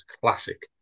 classic